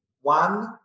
one